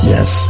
Yes